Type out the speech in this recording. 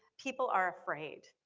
people are afraid.